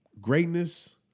greatness